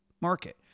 market